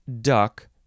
duck